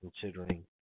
considering